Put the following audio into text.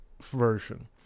version